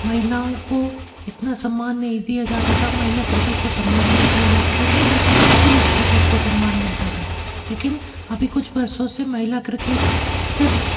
महिलाओं को इतना सम्मान नहीं दिया जाता था महिला क्रिकेट को सम्मान नहीं दिया जाता था केवल पुरुष क्रिकेट को सम्मान मिलता था लेकिन अभी कुछ वर्षों से महिला क्रिकेटर्स